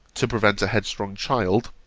to prevent a headstrong child,